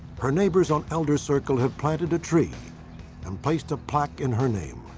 her neighbors on elder circle had planted a tree and placed a plaque in her name.